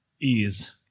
Ease